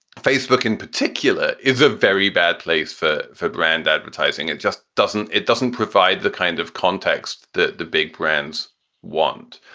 facebook in particular, is a very bad place for for brand advertising, it just doesn't it doesn't provide the kind of context that the big brands want.